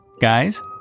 Guys